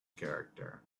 character